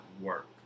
work